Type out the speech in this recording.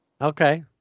Okay